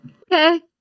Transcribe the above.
Okay